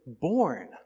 born